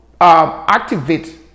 activate